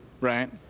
right